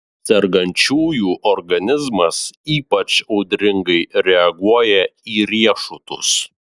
sergančiųjų organizmas ypač audringai reaguoja į riešutus